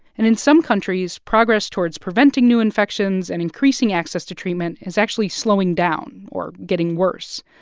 and in some countries, progress towards preventing new infections and increasing access to treatment is actually slowing down or getting worse.